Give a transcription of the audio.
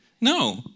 No